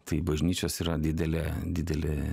tai bažnyčios yra didelė didelė